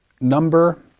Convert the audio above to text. number